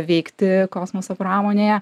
veikti kosmoso pramonėje